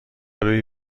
روی